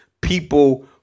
people